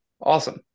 awesome